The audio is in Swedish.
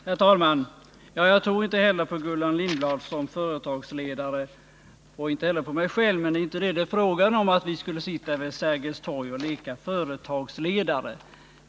Herr talman! Jag tror inte heller på Gullan Lindblad som företagsledare — och inte heller på mig själv som sådan. Men det är ju inte fråga om att vi skulle sitta här vid Sergels torg och leka företagsledare.